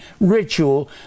ritual